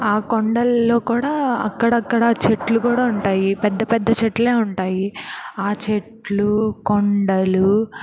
ఆ కొండల్లో కూడా అక్కడక్కడ చెట్లు కూడా ఉంటాయి పెద్ద పెద్ద చెట్లే ఉంటాయి ఆ చెట్లు కొండలు